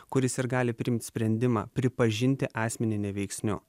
kuris ir gali priimt sprendimą pripažinti asmenį neveiksniu